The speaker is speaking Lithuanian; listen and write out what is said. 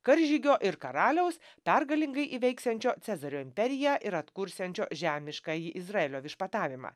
karžygio ir karaliaus pergalingai įveiksiančio cezario imperiją ir atkursiančio žemiškąjį izraelio viešpatavimą